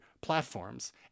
platforms